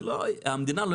זה לא המדינה "לא